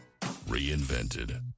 reinvented